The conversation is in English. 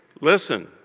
Listen